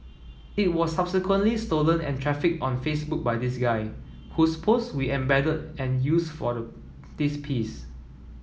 it was subsequently stolen and trafficked on Facebook by this guy whose posts we embedded and used for the this piece